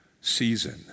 season